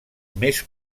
més